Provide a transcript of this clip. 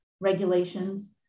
regulations